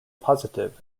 positive